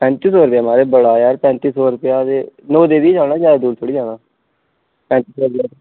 पैंती सौ रपेआ माराज बड़ा यार पैंती सौ रपेआ ते नौ देवियां जाना ज्यादा दूर थोह्डे जाना